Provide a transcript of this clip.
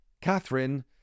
Catherine